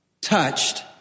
Touched